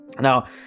Now